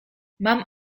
mam